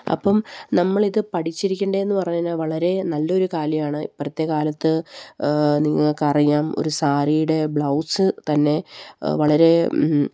അപ്പം നമ്മളിത് പഠിച്ചിരിക്കേണ്ടതെന്ന് പറഞ്ഞുകഴിഞ്ഞാല് വളരെ നല്ലയൊരു കാര്യമാണ് ഇപ്പോഴത്തെക്കാലത്ത് നിങ്ങള്ക്കറിയാം ഒരു സാരിയുടെ ബ്ലൗസ് തന്നെ വളരെ